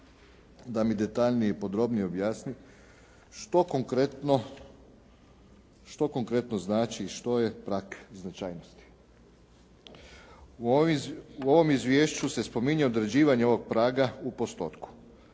da mi detaljnije i podrobnije objasni što konkretno znači što je prag značajnosti. U ovom izvješću se spominje određivanje ovog praga u postotku,